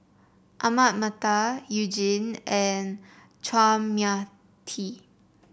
Ahmad Mattar You Jin and Chua Mia Tee